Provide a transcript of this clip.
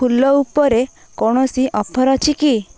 ଫୁଲ ଉପରେ କୌଣସି ଅଫର୍ ଅଛି କି